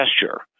gesture